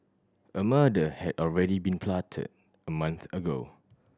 a murder had already been plotted a month ago